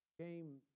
Came